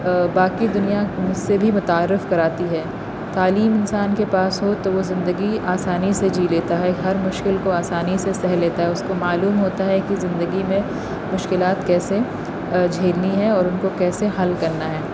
باقی دنیا سے بھی متعارف کراتی ہے تعلیم انسان کے پاس ہو تو وہ زندگی آسانی سے جی لیتا ہے ہر مشکل کو آسانی سے سہہ لیتا ہے اس کو معلوم ہوتا ہے کہ زندگی میں مشکلات کیسے جھیلنی ہیں اور ان کو کیسے حل کرنا ہے